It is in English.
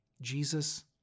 Jesus